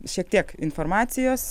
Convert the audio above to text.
šiek tiek informacijos